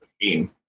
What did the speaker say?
machine